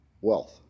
wealth